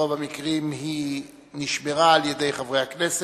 שברוב המקרים נשמרה על-ידי חברי הכנסת,